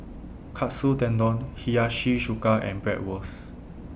Katsu Tendon Hiyashi Chuka and Bratwurst